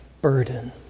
burden